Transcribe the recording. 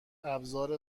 ابزار